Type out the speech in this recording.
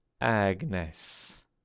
Agnes